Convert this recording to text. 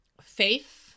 Faith